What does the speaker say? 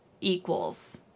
equals